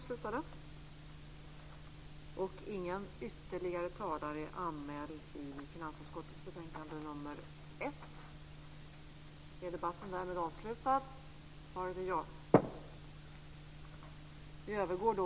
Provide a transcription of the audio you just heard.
Fru talman!